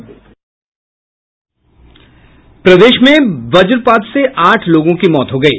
प्रदेश में वज्रपात से आठ लोगों की मौत हो गयी